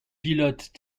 pilotes